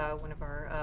ah one of our